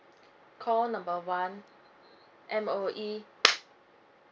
call number one M_O_E